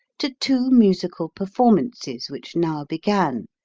to two musical perfor mances which now began,